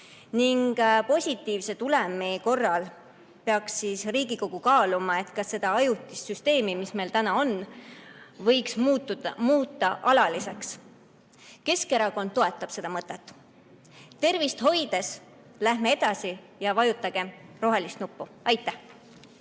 ning positiivse tulemi korral peaks Riigikogu kaaluma, kas selle ajutise süsteemi, mis meil täna on, võiks muuta alaliseks. Keskerakond toetab seda mõtet. Tervist hoides läheme edasi ja vajutagem rohelist nuppu. Aitäh!